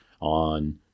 on